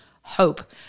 hope